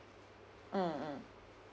mm mm